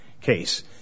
case